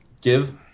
give